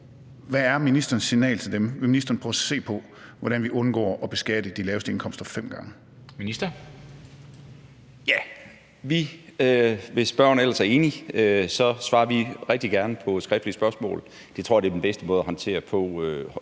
Hvad er ministerens signal til dem? Vil ministeren prøve at se på, hvordan vi undgår at beskatte de laveste indkomster fem gange?